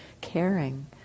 caring